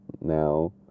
now